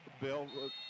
Bill